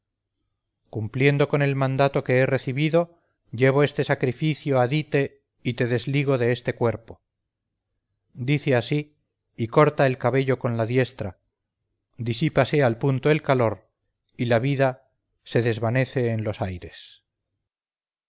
cumpliendo con el mandato que he recibido llevo este sacrificio a dite y te desligo de este cuerpo dice así y corta el cabello con la diestra disípase al punto el calor y la vida se desvanece en los aires